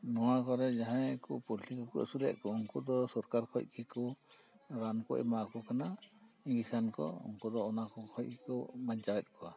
ᱱᱚᱣᱟ ᱠᱚᱨᱮ ᱡᱟᱦᱟᱸ ᱯᱚᱞᱴᱨᱤ ᱠᱚᱠᱚ ᱟᱥᱩᱞᱮᱫ ᱠᱚ ᱩᱱᱠᱩ ᱫᱚ ᱥᱚᱨᱠᱟᱨ ᱠᱷᱚᱡ ᱜᱮᱠᱩ ᱨᱟᱱ ᱠᱚ ᱮᱢᱟ ᱟᱠᱚ ᱠᱟᱱᱟ ᱤᱱᱡᱤᱥᱮᱱ ᱠᱚ ᱩᱱᱠᱩ ᱫᱚ ᱚᱱᱟ ᱠᱷᱚᱡ ᱜᱮᱠᱚ ᱵᱟᱧᱪᱟᱣᱮᱫ ᱠᱚᱣᱟ